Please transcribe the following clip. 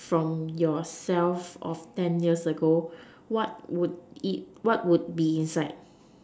from yourself of ten years ago what would it what would be inside